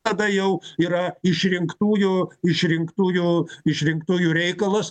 tada jau yra išrinktųjų išrinktųjų išrinktųjų reikalas